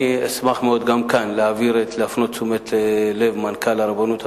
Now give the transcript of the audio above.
גם כאן אשמח מאוד להפנות את תשומת לבו של מנכ"ל הרבנות הראשית,